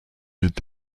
est